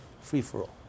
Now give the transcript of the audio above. free-for-all